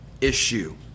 issue